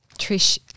Trish